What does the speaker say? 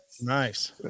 Nice